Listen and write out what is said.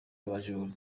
abajura